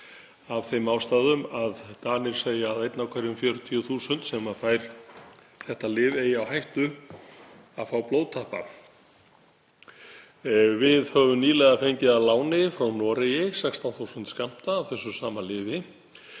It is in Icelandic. af þeim ástæðum að Danir segja að einn af hverjum 40.000 sem fær þetta lyf eigi á hættu að fá blóðtappa. Við höfum nýlega fengið að láni frá Noregi 16.000 skammta af þessu sama lyfi.